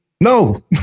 No